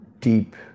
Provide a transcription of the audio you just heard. deep